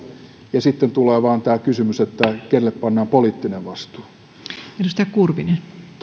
ja sitten tulee vain tämä kysymys että kenelle pannaan poliittinen vastuu